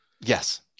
Yes